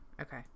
Okay